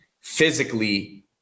physically